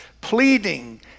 pleading